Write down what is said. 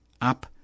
up